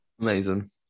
Amazing